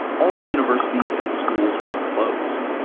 all universities and schools were closed.